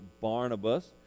Barnabas